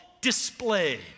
display